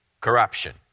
corruption